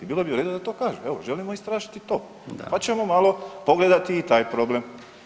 I bilo bi u redu da to kažu, evo želimo istražiti i to, pa ćemo malo pogledati i taj problem.